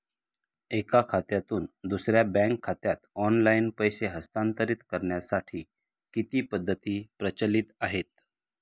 एका खात्यातून दुसऱ्या बँक खात्यात ऑनलाइन पैसे हस्तांतरित करण्यासाठी किती पद्धती प्रचलित आहेत?